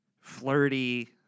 flirty